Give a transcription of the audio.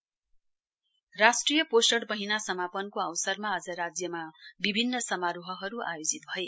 पोषण माह राष्ट्रिय पोषण महीना समापनको अवसरमा आज राज्यमा विभिन्न समारोहरू आयोजित भए